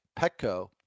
Petco